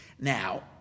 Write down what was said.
Now